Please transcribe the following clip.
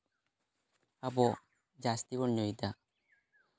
ᱟᱵᱚ ᱡᱟᱹᱥᱛᱤ ᱵᱚᱱ ᱧᱩᱭᱮᱫᱟ